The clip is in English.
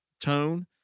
tone